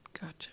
Gotcha